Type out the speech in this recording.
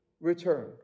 return